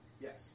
Yes